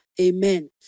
Amen